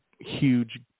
huge